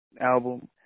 album